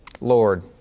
Lord